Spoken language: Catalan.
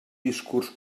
discurs